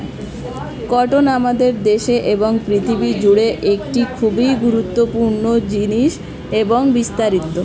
cotton আমাদের দেশে এবং পৃথিবী জুড়ে একটি খুবই গুরুত্বপূর্ণ জিনিস এবং বিস্তারিত